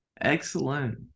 Excellent